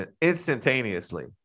instantaneously